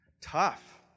Tough